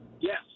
Yes